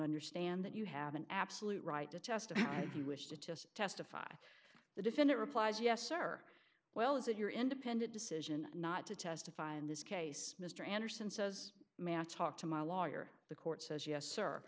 understand that you have an absolute right to testify if you wish to testify the defendant replies yes sir well is it your independent decision not to testify in this case mr anderson says matsch talk to my lawyer the court says yes sir